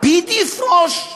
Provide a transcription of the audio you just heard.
לפיד יפרוש.